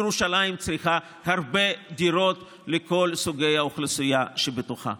ירושלים צריכה הרבה דירות לכל סוגי האוכלוסייה שבתוכה.